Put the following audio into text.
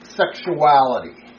sexuality